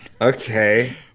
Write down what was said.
Okay